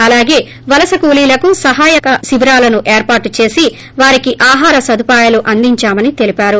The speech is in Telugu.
అలాగే వలస కూలీలకు సహాయ శిబిరాలను ఏర్పాటు చేసి వారికి ఆహార సదుపాయాలు అందించామని తెలిపారు